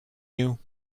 you